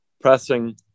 pressing